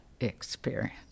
experience